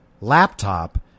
laptop